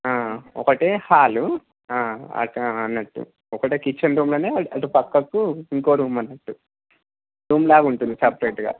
ఒకటే హాలు అక్ అన్నట్టు ఒకటే కిచెన్ రూమ్లోనే అటు పక్కకు ఇంకో రూమ్ అన్నట్టు రూమ్లా ఉంటుంది సప్రేట్గా